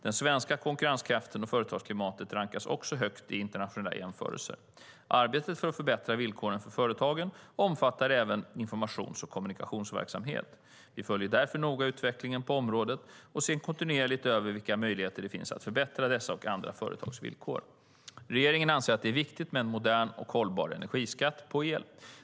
Den svenska konkurrenskraften och det svenska företagsklimatet rankas också högt i internationella jämförelser. Arbetet för att förbättra villkoren för företagen omfattar även informations och kommunikationsverksamhet. Vi följer därför noga utvecklingen på området och ser kontinuerligt över vilka möjligheter det finns att förbättra dessa och andra företags villkor. Regeringen anser att det är viktigt med en modern och hållbar energiskatt på el.